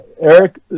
Eric